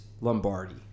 Lombardi